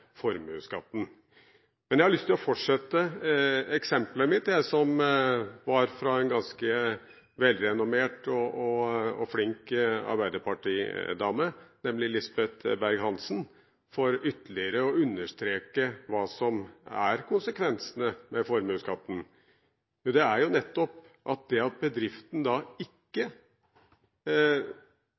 formuesskatten. Men jeg har lyst til å fortsette eksemplet mitt, som var fra en ganske velrenommert og flink arbeiderpartidame, nemlig Lisbeth Berg-Hansen, for ytterligere å understreke hva som er konsekvensene av formuesskatten. Det er nettopp at bedriften ikke kan investere for de pengene man alternativt må betale ut i utbytte for at